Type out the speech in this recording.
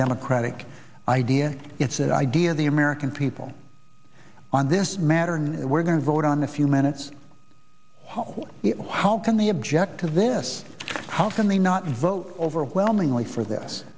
democratic idea it's an idea the american people on this matter know we're going to vote on a few minutes how can the object of this how can they not vote overwhelmingly for this